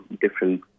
different